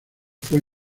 fue